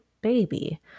baby